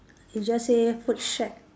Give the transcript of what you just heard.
he just say food shack